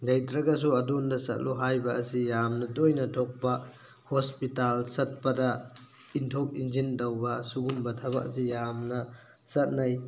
ꯂꯩꯇ꯭ꯔꯒꯁꯨ ꯑꯗꯣꯝꯗ ꯆꯠꯂꯣ ꯍꯥꯏꯕ ꯑꯁꯤ ꯌꯥꯝꯅ ꯇꯣꯏꯅ ꯊꯣꯛꯄ ꯍꯣꯁꯄꯤꯇꯥꯜ ꯆꯠꯄꯗ ꯏꯟꯊꯣꯛ ꯏꯟꯁꯤꯟ ꯇꯧꯕ ꯑꯁꯤꯒꯨꯝꯕ ꯊꯕꯛ ꯑꯁꯤ ꯌꯥꯝꯅ ꯆꯠꯅꯩ